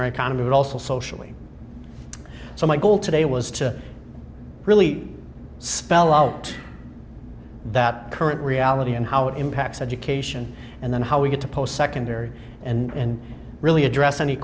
our economy but also socially so my goal today was to really spell out that current reality and how it impacts education and then how we get to post secondary and really address any